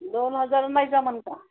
दोन हजारमध्ये जमेन का